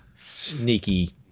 sneaky